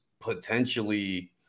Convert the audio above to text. potentially –